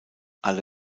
alle